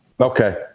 Okay